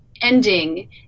ending